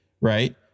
right